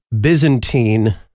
Byzantine